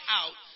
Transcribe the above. out